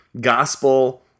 Gospel